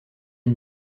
une